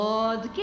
Lord